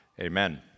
Amen